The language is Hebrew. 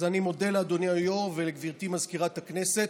אז אני מודה לאדוני היו"ר ולגברתי מזכירת הכנסת,